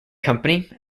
company